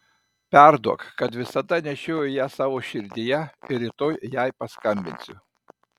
perduok kad visada nešioju ją savo širdyje ir rytoj jai paskambinsiu